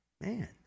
man